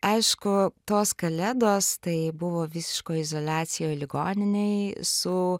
aišku tos kalėdos tai buvo visiškoj izoliacijoj ligoninėj su